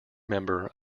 member